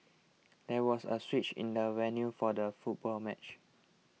there was a switch in the venue for the football match